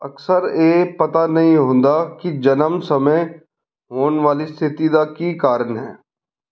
ਅਕਸਰ ਇਹ ਪਤਾ ਨਹੀਂ ਹੁੰਦਾ ਹੈ ਕਿ ਜਨਮ ਸਮੇਂ ਹੋਣ ਵਾਲੀ ਸਥਿਤੀ ਦਾ ਕੀ ਕਾਰਨ ਹੈ